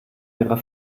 ihrer